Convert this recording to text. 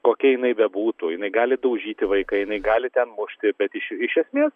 kokia jinai bebūtų jinai gali daužyti vaiką jinai gali ten mušti bet iš iš esmės